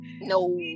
no